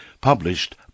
published